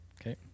Okay